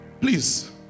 Please